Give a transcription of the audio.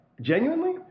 Genuinely